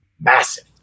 massive